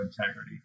integrity